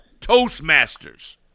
Toastmasters